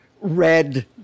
red